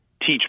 teach